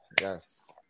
Yes